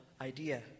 idea